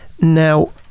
Now